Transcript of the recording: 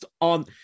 on